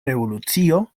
revolucio